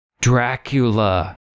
Dracula